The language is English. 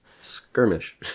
Skirmish